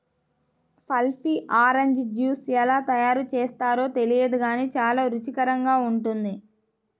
pulpy orange juice ఎలా తయారు చేస్తారో తెలియదు గానీ చాలా రుచికరంగా ఉంటుంది